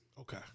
Okay